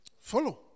Follow